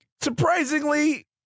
Surprisingly